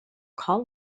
call